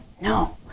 No